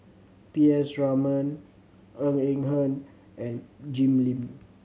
P S Raman Ng Eng Hen and Jim Lim